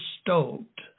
stoked